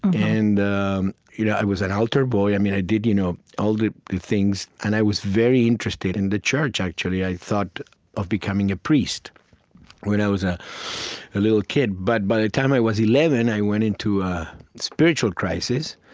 and um you know i was an altar boy. i mean, i did you know all the things. and i was very interested in the church, actually. i thought of becoming a priest when i was ah a little kid. but by the time i was eleven, i went into a spiritual crisis,